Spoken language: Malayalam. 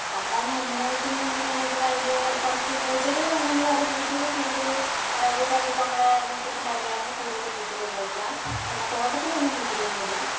അപ്പം മെയിനായിട്ടെന്നു വെച്ചിട്ടുണ്ടെങ്കില് അതില് കുറച്ച് പൂച്ചെടികളുണ്ടെങ്കിലും അത് പൂച്ചെടി ഫ്രണ്ടില് അതായത് ഫ്രണ്ടില് നമ്മുടെ മുറ്റത്തിൻ്റെ അവിടെയാണ് കൂടുതല് പൂച്ചെടിയൊക്കെ വയ്ക്കുക പിന്നെ തോട്ടത്തിലൊന്നും പൂച്ചെടിയൊന്നും ഇല്ല